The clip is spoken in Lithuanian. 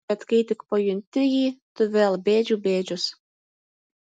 bet kai tik pajunti jį tu vėl bėdžių bėdžius